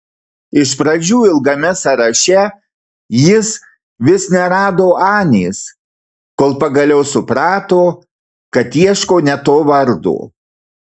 iš pradžių ilgame sąraše jis vis nerado anės kol pagaliau suprato kad ieško ne to vardo